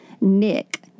Nick